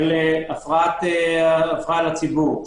של הפרעה לציבור,